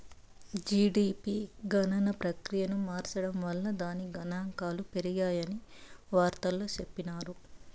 GDP గణన ప్రక్రియను మార్సడం వల్ల దాని గనాంకాలు పెరిగాయని వార్తల్లో చెప్పిన్నారు